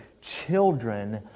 children